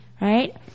Right